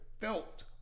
felt